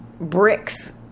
bricks